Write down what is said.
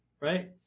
right